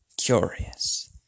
Curious